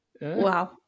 Wow